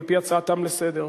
על-פי הצעתם לסדר.